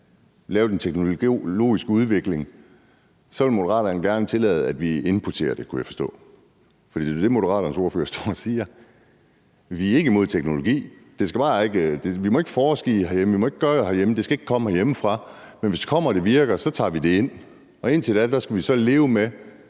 lave den teknologiske udvikling, så vil Moderaterne gerne tillade, at vi importerer det, kunne jeg forstå. For det er jo det, Moderaternes ordfører står og siger: Vi er ikke imod teknologi. Vi må bare ikke forske i det herhjemme, vi må ikke gøre det herhjemme, det skal ikke komme herhjemmefra, men hvis det kommer og det virker, tager vi det ind. Indtil da skal vi så leve med